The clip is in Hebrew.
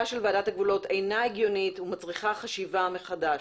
של ועדת הגבולות אינה הגיוני ומצריכה חשיבה מחדש.